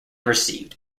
received